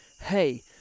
hey